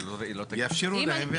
יאפשרו להם.